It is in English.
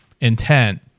intent